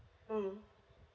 mm